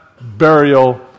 burial